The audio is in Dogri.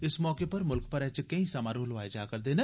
इस मौके उप्पर मुल्ख भरै च केई समारोह लोआए जा'रदे न